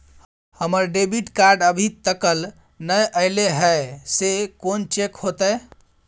हमर debit card अभी तकल नय अयले हैं, से कोन चेक होतै?